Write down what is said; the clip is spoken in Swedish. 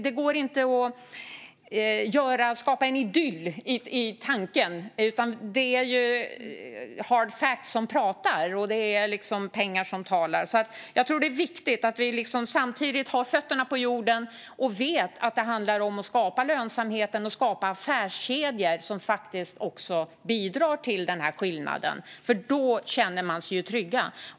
Det går inte att skapa en idyll i tanken, utan det är hard facts och pengar som talar. Det är viktigt att vi har fötterna på jorden och inser att det handlar om att skapa lönsamhet och affärskedjor som kan bidra till att göra skillnad, för då känner fiskarna sig trygga.